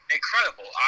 Incredible